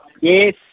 Yes